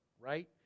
right